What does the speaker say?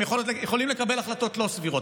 הם יכולים לקבל החלטות לא סבירות,